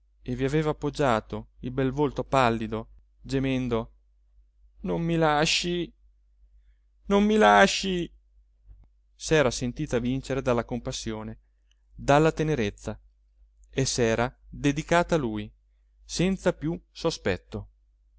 e vi aveva appoggiato il bel volto pallido gemendo non mi lasci non mi lasci s'era sentita vincere dalla compassione dalla tenerezza e s'era dedicata a lui senza più sospetto